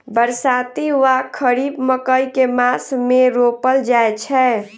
बरसाती वा खरीफ मकई केँ मास मे रोपल जाय छैय?